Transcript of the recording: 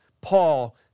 Paul